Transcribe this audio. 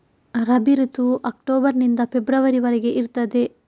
ರಬಿ ಋತುವು ಅಕ್ಟೋಬರ್ ನಿಂದ ಫೆಬ್ರವರಿ ವರೆಗೆ ಇರ್ತದೆ